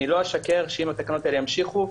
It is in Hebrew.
אני לא אשקר שאם התקנות האלה ימשיכו,